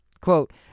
Quote